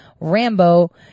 Rambo